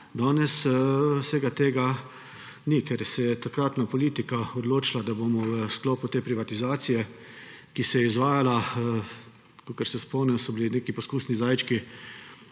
Danes vsega tega ni, ker se je takratna politika odločila, da bomo v sklopu privatizacije, ki se je izvajala – kakor se spomnim, so bili poskusni zajčki